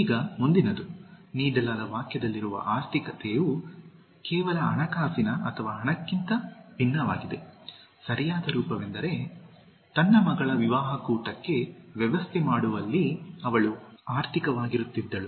ಈಗ ಮುಂದಿನದು ನೀಡಲಾದ ವಾಕ್ಯದಲ್ಲಿರುವಂತೆ ಆರ್ಥಿಕತೆಯು ಕೇವಲ ಹಣಕಾಸಿನ ಅಥವಾ ಹಣಕ್ಕಿಂತ ಭಿನ್ನವಾಗಿದೆ ಸರಿಯಾದ ರೂಪವೆಂದರೆ ತನ್ನ ಮಗಳ ವಿವಾಹ ಕೂಟಕ್ಕೆ ವ್ಯವಸ್ಥೆ ಮಾಡುವಲ್ಲಿ ಅವಳು ಆರ್ಥಿಕವಾಗಿರುತ್ತಿದ್ದಳು